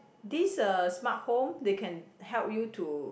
this uh smart home they can help you to